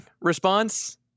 response